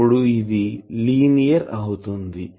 అప్పుడు ఇది లీనియర్ అవుతుంది